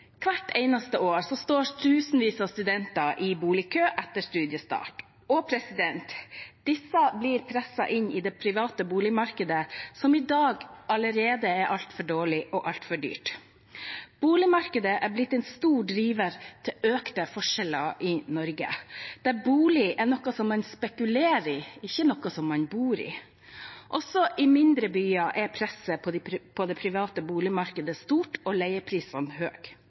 Hvert eneste år står tusenvis av studenter i boligkø etter studiestart, og disse blir presset inn i det private boligmarkedet, som allerede i dag er altfor dårlig og altfor dyrt. Boligmarkedet har blitt en stor driver til økte forskjeller i Norge, der bolig er noe man spekulerer i, ikke noe man bor i. Også i mindre byer er presset på det private boligmarkedet stort og